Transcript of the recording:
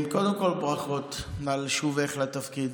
קודם כול, ברכות על שובך לתפקיד.